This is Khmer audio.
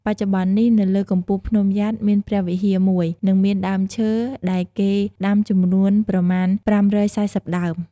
បច្ចុប្បន្ននេះនៅលើកំពូលភ្នំយ៉ាតមានព្រះវិហារមួយ និងមានដើមឈើដែលគេដាំចំនួនប្រមាណ ៥៤០ដើម។